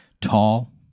tall